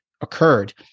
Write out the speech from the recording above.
occurred